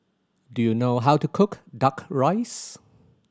do you know how to cook Duck Rice